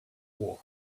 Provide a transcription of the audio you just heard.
war